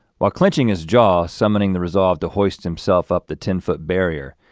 while clenching his jaw, summoning the resolve to hoist himself up the ten foot barrier,